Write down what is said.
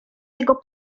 jego